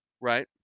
Right